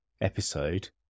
episode